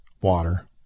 water